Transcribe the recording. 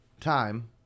time